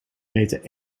beter